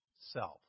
self